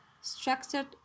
structured